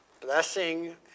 blessing